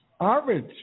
Average